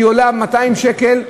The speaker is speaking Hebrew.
שעולה 200 שקלים,